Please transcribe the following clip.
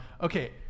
Okay